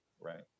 right